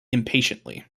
impatiently